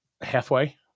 halfway